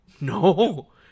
No